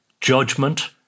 judgment